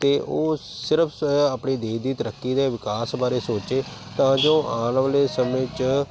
ਅਤੇ ਉਹ ਸਿਰਫ ਆਪਣੀ ਦੇਸ਼ ਦੀ ਤਰੱਕੀ ਦੇ ਵਿਕਾਸ ਬਾਰੇ ਸੋਚੇ ਤਾਂ ਜੋ ਆਉਣ ਵਾਲੇ ਸਮੇਂ 'ਚ